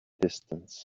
distance